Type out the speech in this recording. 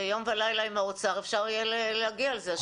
יום ולילה עם האוצר אפשר יהיה להגיע לזה.